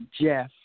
Jeff